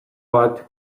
bat